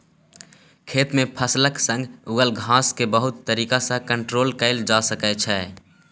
खेत मे फसलक संग उगल घास केँ बहुत तरीका सँ कंट्रोल कएल जा सकै छै